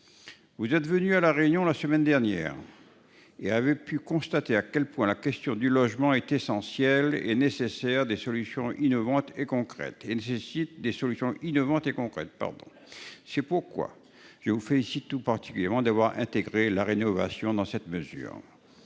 est venue à La Réunion la semaine dernière. Elle a pu constater à quel point la question du logement est essentielle et nécessite des solutions innovantes et concrètes. C'est pourquoi je la félicite tout particulièrement d'avoir intégré la rénovation dans cette mesure.